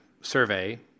survey